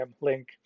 link